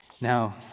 Now